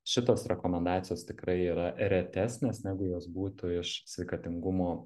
šitos rekomendacijos tikrai yra retesnės negu jos būtų iš sveikatingumo